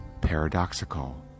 paradoxical